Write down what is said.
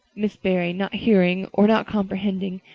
mrs. barry, not hearing or not comprehending,